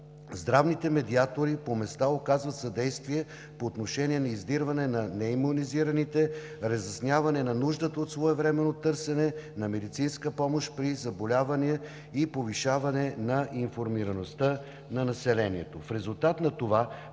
Здравните медиатори по места оказват съдействие по отношение на издирване на неимунизираните, разясняване на нуждата от своевременно търсене на медицинска помощ при заболяване и повишаване на информираността на населението. В резултат на това